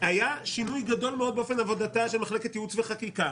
היה שינוי גדול מאוד באופן עבודתה של מחלקת ייעוץ וחקיקה,